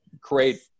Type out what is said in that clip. create